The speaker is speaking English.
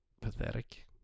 pathetic